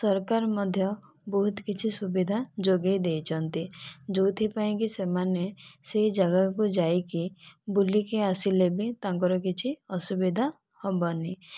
ସରକାର ମଧ୍ୟ ବହୁତ କିଛି ସୁବିଧା ଯୋଗାଇ ଦେଇଛନ୍ତି ଯେଉଁଥିପାଇଁକି ସେମାନେ ସେହି ଜାଗାକୁ ଯାଇକି ବୁଲିକି ଆସିଲେ ବି ତାଙ୍କର କିଛି ଅସୁବିଧା ହେବନି